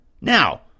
now